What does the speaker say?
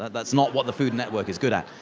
that's not what the food network is good at.